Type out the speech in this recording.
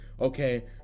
Okay